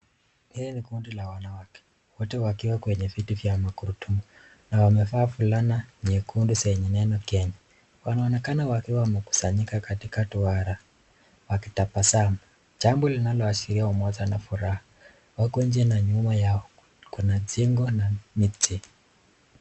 Hii ni kundi la wanawake wote wakiwa kwenye viti vyao vya magurudumu na wamevaa fulana nyekundu zenye neno kenya. Wanaonekana wakiwa wamekusanyika katika duara wakitabasamu jambo linaloashiria umoja na furaha huku nje na nyuma yao kuna jengo na miti.